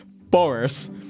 Boris